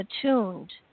attuned